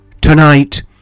Tonight